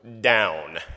down